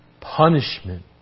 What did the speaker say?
punishment